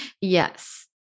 Yes